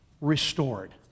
restored